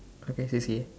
okay